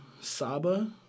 Saba